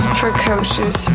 precocious